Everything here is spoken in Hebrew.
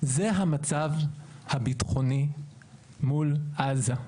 זה המצב הביטחוני מול עזה.